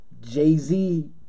Jay-Z